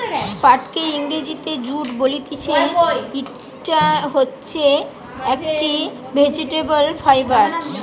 পাটকে ইংরেজিতে জুট বলতিছে, ইটা হচ্ছে একটি ভেজিটেবল ফাইবার